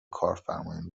کارفرمایان